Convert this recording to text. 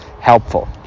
helpful